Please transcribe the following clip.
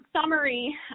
summary